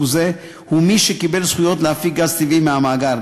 זה הוא מי שקיבל זכויות להפיק גז טבעי מהמאגר,